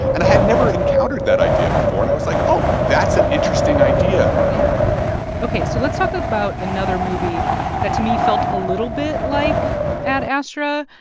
and i had never encountered that idea before, and i was, like, oh, that's an interesting idea yeah. yeah. ok. so let's talk about another movie that to me felt a little bit like ad astra.